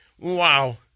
Wow